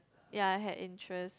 ya I had interest